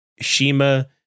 Shima